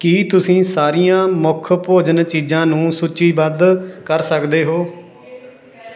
ਕੀ ਤੁਸੀਂ ਸਾਰੀਆਂ ਮੁੱਖ ਭੋਜਨ ਚੀਜ਼ਾਂ ਨੂੰ ਸੂਚੀਬੱਧ ਕਰ ਸਕਦੇ ਹੋ